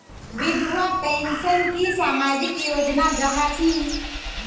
विधवा पेंशन की सामाजिक योजना जाहा की?